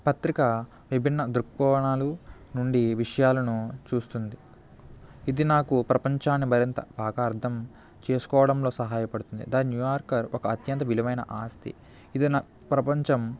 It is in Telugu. పత్రిక విభిన్న దృక్కోణాలు నుండి విషయాలను చూస్తుంది ఇది నాకు ప్రపంచాన్ని మరింత బాగా అర్థం చేసుకోవడంలో సహాయపడుతుంది ద న్యూయార్కర్ ఒక అత్యంత విలువైన ఆస్తి ఇది నా ప్రపంచం